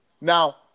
Now